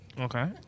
Okay